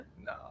No